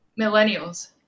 millennials